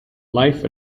life